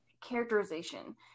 characterization